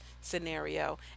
scenario